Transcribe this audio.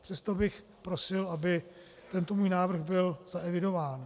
Přesto bych prosil, aby tento můj návrh byl zaevidován.